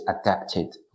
adapted